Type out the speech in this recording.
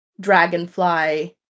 dragonfly